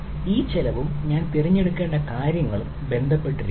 ഈ ചെലവും ഞാൻ തിരഞ്ഞെടുക്കേണ്ട കാര്യങ്ങളും ബന്ധപ്പെട്ടിരിക്കുന്നു